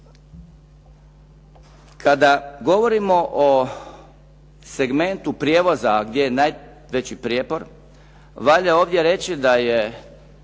Kada govorimo o segmentu prijevoza gdje je najveći prijepor valja ovdje reći da je